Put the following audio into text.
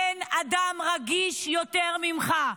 אין אדם רגיש יותר ממך.